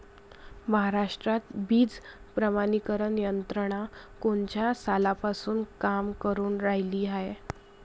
महाराष्ट्रात बीज प्रमानीकरण यंत्रना कोनच्या सालापासून काम करुन रायली हाये?